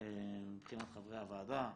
מבחינת חברי הוועדה.